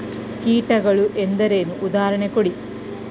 ಕೀಟಗಳು ಎಂದರೇನು? ಉದಾಹರಣೆ ಕೊಡಿ?